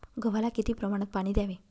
गव्हाला किती प्रमाणात पाणी द्यावे?